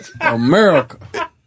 America